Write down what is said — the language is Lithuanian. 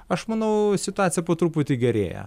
aš manau situacija po truputį gerėja